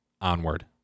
onward